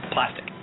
Plastic